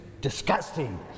disgusting